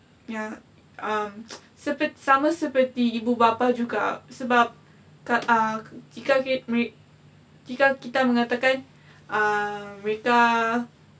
ya um sepe~ sama seperti ibu bapa juga sebab uh jika we jika kita mengatakan uh mereka